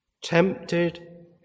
Tempted